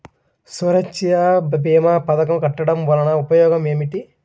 సురక్ష భీమా పథకం కట్టడం వలన ఉపయోగం ఏమిటి?